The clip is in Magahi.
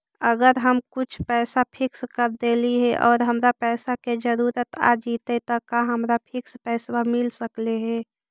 अगर हम कुछ पैसा फिक्स कर देली हे और हमरा पैसा के जरुरत आ जितै त का हमरा फिक्स पैसबा मिल सकले हे?